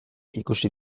ikusi